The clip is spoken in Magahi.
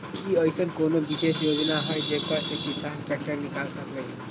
कि अईसन कोनो विशेष योजना हई जेकरा से किसान ट्रैक्टर निकाल सकलई ह?